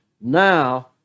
Now